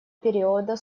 периода